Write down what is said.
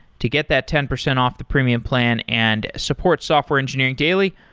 to get that ten percent off the premium plan and support software engineering daily,